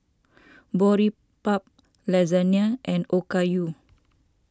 Boribap Lasagna and Okayu